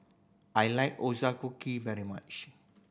I like very much